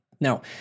Now